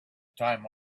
time